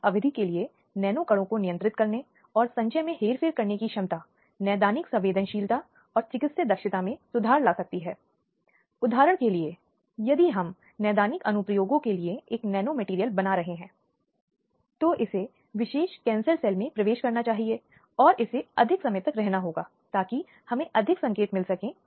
अब ऐसे उल्लंघनों में शामिल हैं भेदक और गैर भेदक कार्य जैसे कि बच्चे के निजी अंगों को चूमना छूना या प्यार करना अब बाल यौन शोषण एक बहुत गंभीर समस्या पाई गई है और एक अध्ययन जो मंत्रालय द्वारा आयोजित किया गया था